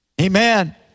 Amen